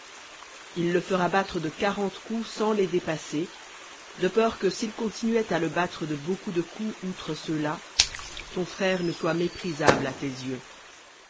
il le fera battre de quarante sans les dépasser de peur que s'il continuait à le battre de beaucoup de coups outre ceux-là ton frère ne soit méprisable à tes yeux